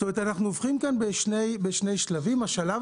30% מהציבור